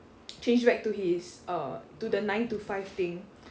change back to his err to the nine to five thing